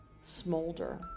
smolder